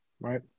right